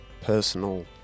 personal